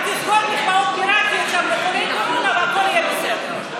רק תסגור שם מקוואות פיראטיים לחולי קורונה והכול יהיה בסדר.